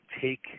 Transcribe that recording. take